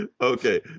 Okay